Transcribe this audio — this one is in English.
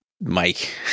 Mike